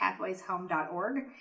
pathwayshome.org